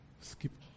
skip